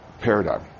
paradigm